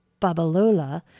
Babalola